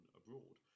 abroad